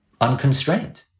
unconstrained